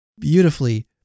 Beautifully